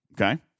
okay